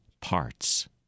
parts